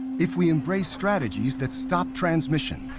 if we embrace strategies that stop transmission